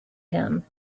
him